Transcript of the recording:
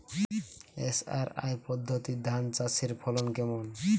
SRI পদ্ধতি ধান চাষের ফলন কেমন?